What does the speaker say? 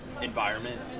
environment